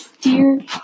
Dear